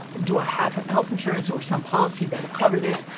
do i have health insurance or some policy that will cover this?